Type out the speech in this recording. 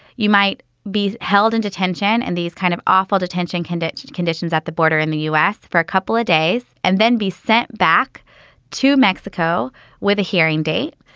you might be held in detention. and these kind of awful detention conditions, conditions at the border in the u s. for a couple of days and then be sent back to mexico with a hearing date.